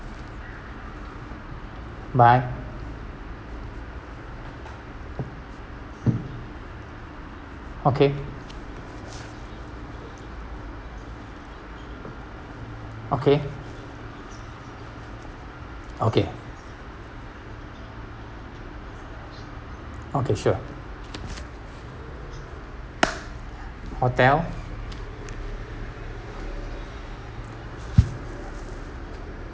bye okay okay okay okay sure hotel